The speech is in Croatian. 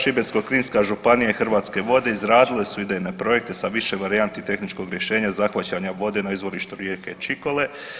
Šibensko-kninska županija i Hrvatske vode izradile su idejne projekte sa više varijanti tehničkog rješenja zahvaćanja vode na izvorištu rijeke Čikole.